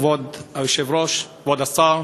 כבוד היושב-ראש, כבוד השר,